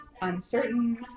uncertain